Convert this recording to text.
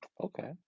okay